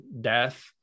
death